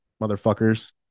Motherfuckers